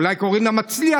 אולי קורינה מצליח,